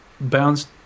bounced